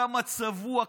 כמה צבוע?